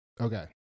okay